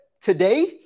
today